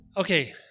Okay